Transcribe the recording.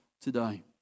today